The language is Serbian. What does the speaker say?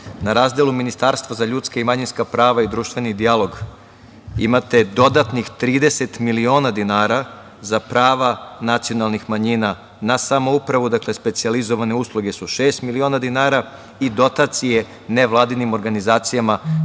na razdelu Ministarstva za ljudska i manjinska prava i društveni dijalog imate dodatnih 30 miliona dinara za prava nacionalnih manjina na samoupravu, dakle specijalizovane usluge su šest miliona dinara i dotacije nevladinim organizacijama